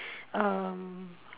um